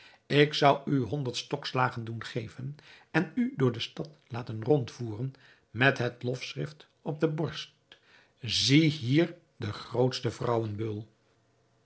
ik zou u honderd stokslagen doen geven en u door de stad laten rondvoeren met het lofschrift op de borst zie hier den grootsten